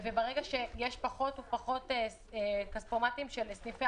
וברגע שיש פחות ופחות כספומטים של סניפי